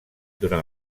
durant